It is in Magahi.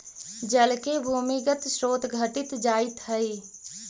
जल के भूमिगत स्रोत घटित जाइत हई